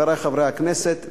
חברי חברי הכנסת,